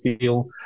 feel